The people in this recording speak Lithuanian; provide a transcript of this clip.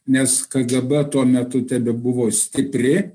nes kgb tuo metu tebebuvo stipri